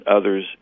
others